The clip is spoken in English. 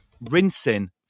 rinsing